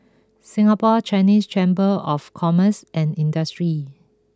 Singapore Chinese Chamber of Commerce and Industry